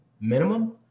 minimum